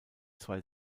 zwei